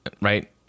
Right